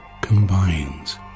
combines